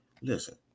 Listen